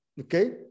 okay